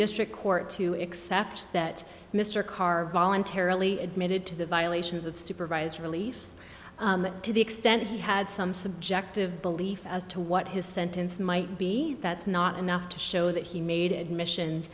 district court to accept that mr karr voluntarily admitted to the violations of supervised relief to the extent he had some subjective belief as to what his sentence might be that's not enough to show that he made admissions